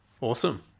Awesome